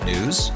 News